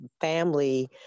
family